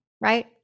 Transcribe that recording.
Right